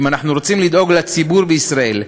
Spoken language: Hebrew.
ואם אנחנו רוצים לדאוג לציבור בישראל,